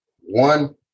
one